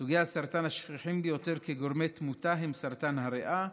סוגי הסרטן השכיחים ביותר כגורמי תמותה הם סרטן הריאה,